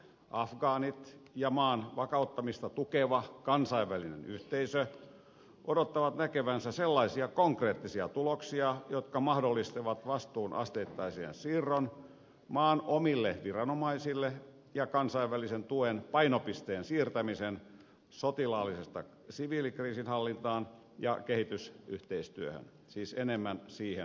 afgaanit ja maan vakauttamista tukeva kansainvälinen yhteisö odottavat näkevänsä sellaisia konkreettisia tuloksia jotka mahdollistavat vastuun asteittaisen siirron maan omille viranomaisille ja kansainvälisen tuen painopisteen siirtämisen sotilaallisesta siviilikriisinhallintaan ja kehitysyhteistyöhön siis enemmän siihen suuntaan